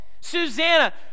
Susanna